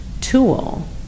tool